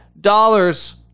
dollars